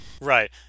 Right